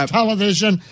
television